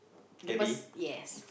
the bus yes